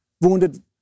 wounded